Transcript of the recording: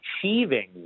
achieving